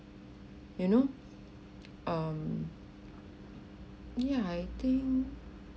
you know um ya I think